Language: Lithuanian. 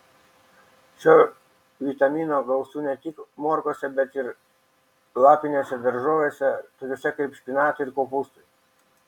šio vitamino gausu ne tik morkose bet ir lapinėse daržovėse tokiose kaip špinatai ir kopūstai